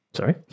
Sorry